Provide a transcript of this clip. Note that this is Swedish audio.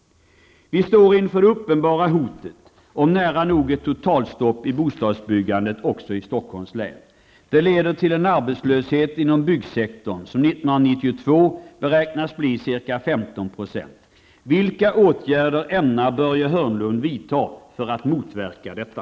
Vi står inför det uppenbara hotet om nära nog ett totalstopp i bostadsbyggandet också i Stockholms län. Det leder till en arbetslöshet inom byggsektorn som 1992 beräknas bli ca 15 %. Vilka åtgärder ämnar Börje Hörnlund vidta för att motverka detta?